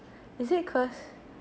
is it cause